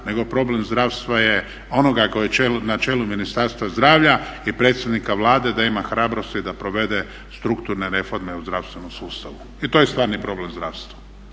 nego problem zdravstva je onoga koji je na čelu Ministarstva zdravlja i predsjednika Vlade da ima hrabrosti da provede strukturne reforme u zdravstvenom sustavu. I to je stvarni problem zdravstva.